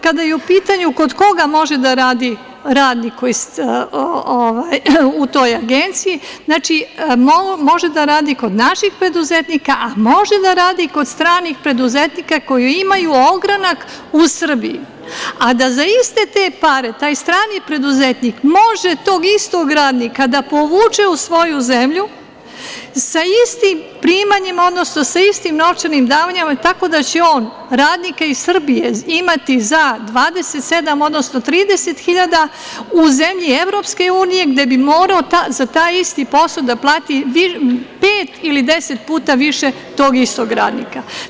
Kada je u pitanju kod koga može da radi radnik u toj agenciji, znači može da radi kod naših preduzetnika, a može da radi i kod stranih preduzetnika koji imaju ogranak u Srbiji, a da za iste te pare taj strani preduzetnik može tog istog radnika da povuče u svoju zemlju sa istim primanjima, odnosno sa istim novčanim davanjima i tako da će on radnika iz Srbije imati za 27.000, odnosno 30.000, u zemlji EU, gde bi morao za taj isti posao da plati pet ili deset puta više tog istog radnika.